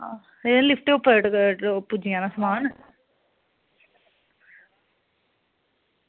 हां एह् लिफ्ट उप्पर टकाई पुज्जी जाना समान